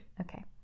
Okay